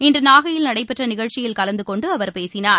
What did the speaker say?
இன்றுநாகையில் நடைபெற்றநிகழ்ச்சியில் கலந்துகொண்டுஅவர் பேசினார்